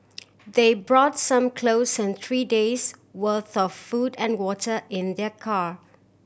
they brought some clothes and three days' worth of food and water in their car